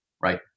right